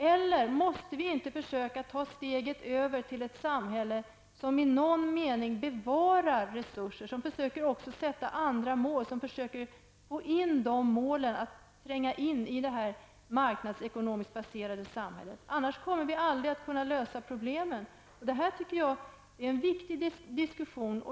Eller måste vi inte försöka ta steget över till ett samhälle, där man i någon mening bevarar resurserna och också försöker sätta upp andra mål och försöker få dessa mål att tränga in i det på marknadsekonomin baserade samhället? Annars kommer vi aldrig att kunna lösa problemen. Det här tycker jag är en viktig diskussion.